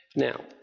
now,